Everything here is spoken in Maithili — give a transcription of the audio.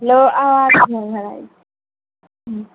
हेलो आज नहि आयब हम्म